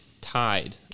tied